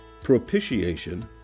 propitiation